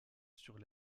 sur